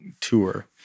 tour